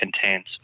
contains